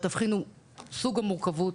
כשהתבחין הוא סוג המורכבות,